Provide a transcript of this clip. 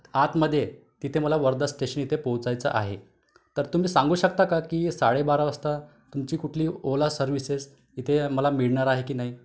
आतमध्ये तिथे मला वर्धा स्टेशन इथे पोहचायचं आहे तर तुम्ही सांगू शकता का की साडेबारा वाजता तुमची कुठली ओला सर्व्हिसेस इथे मला मिळणार आहे की नाही